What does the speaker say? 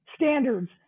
standards